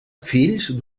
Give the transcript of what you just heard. fills